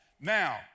Now